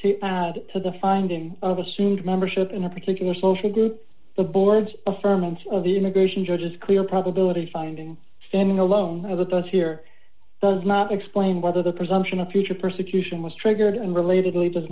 to add to the finding of assumed membership in a particular social group the board's affirmed of the immigration judge is clear probability findings standing alone of those here does not explain whether the presumption of future persecution was triggered and relatedly does